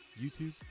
YouTube